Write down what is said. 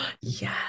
Yes